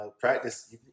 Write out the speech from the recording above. Practice